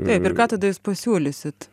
taip ir ką tada jūs pasiūlysit